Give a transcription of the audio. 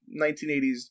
1980s